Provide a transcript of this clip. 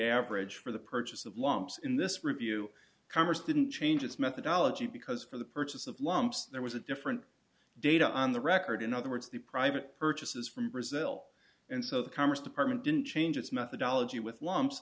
average for the purchase of lumps in this review congress didn't change its methodology because for the purchase of lumps there was a different data on the record in other words the private purchases from brazil and so the commerce department didn't change its methodology with lumps